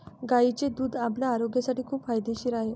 गायीचे दूध आपल्या आरोग्यासाठी खूप फायदेशीर आहे